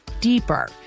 deeper